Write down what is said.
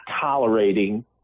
tolerating